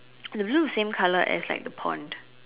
the blue is same colour as like the pond